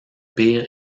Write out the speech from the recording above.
pire